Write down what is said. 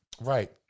right